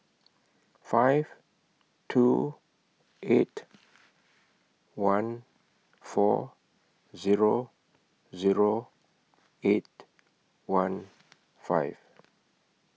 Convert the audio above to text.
five two eight one four Zero Zero eight one five